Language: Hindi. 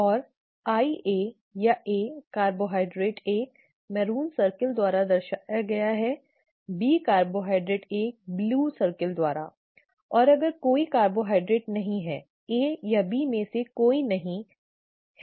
और IA या A कार्बोहाइड्रेट एक मैरून सर्कल द्वारा दर्शाया गया है B कार्बोहाइड्रेट एक ब्लू सर्कल द्वारा और अगर कोई कार्बोहाइड्रेट नहीं है A या B में से कोई नहीं है तो यह छोटा i है